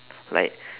like